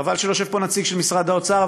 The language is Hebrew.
וחבל שלא יושב פה נציג של משרד האוצר,